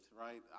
right